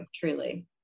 truly